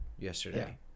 yesterday